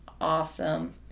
Awesome